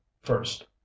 first